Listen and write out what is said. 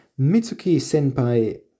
Mitsuki-senpai